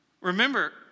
Remember